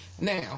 Now